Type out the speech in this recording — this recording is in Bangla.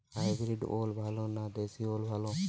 হাইব্রিড ওল ভালো না দেশী ওল ভাল?